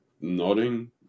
nodding